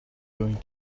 going